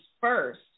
first